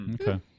Okay